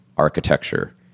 architecture